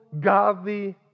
godly